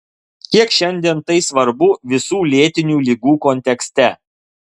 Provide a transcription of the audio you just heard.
kiek šiandien tai svarbu visų lėtinių ligų kontekste